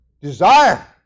desire